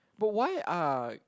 but why are